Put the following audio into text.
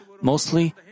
mostly